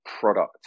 product